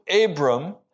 Abram